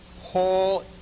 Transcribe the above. paul